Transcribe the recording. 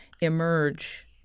emerge